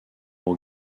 aux